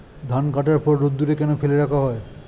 ধান কাটার পর রোদ্দুরে কেন ফেলে রাখা হয়?